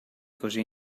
così